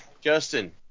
Justin